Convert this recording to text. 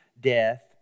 death